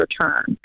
return